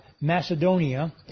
Macedonia